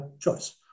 choice